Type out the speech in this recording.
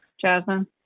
jasmine